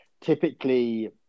typically